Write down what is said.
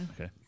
okay